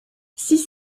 six